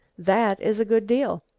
that is a good deal.